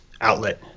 outlet